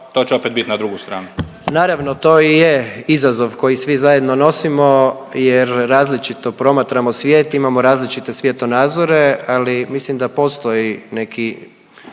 **Jandroković, Gordan (HDZ)** Naravno, to i je izazov koji svi zajedno nosimo jer različito promatramo svijet, imamo različite svjetonazore, ali mislim da postoji neki,